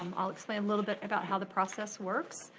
um i'll explain a little bit about how the process works.